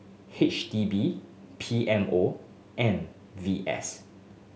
H D B P M O and V S